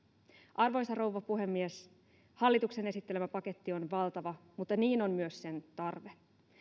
arvoisa rouva puhemies hallituksen esittelemä paketti on valtava mutta niin on myös sen tarve